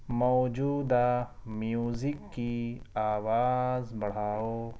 موجودہ میوزک کی آواز بڑھاؤ